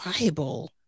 Bible